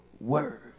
word